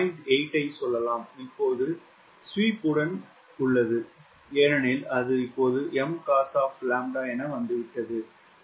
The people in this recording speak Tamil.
8 ஐ சொல்லலாம் இப்போது ஸ்வீப் உடன் உள்ளது ஏனெனில் அது இப்போது Mcos of λ வந்துவிட்டது நான் 0